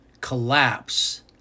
collapse